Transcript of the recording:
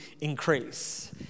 increase